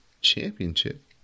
Championship